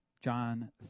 John